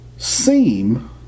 Seem